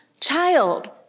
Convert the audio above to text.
child